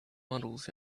models